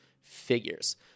figures